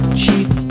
cheap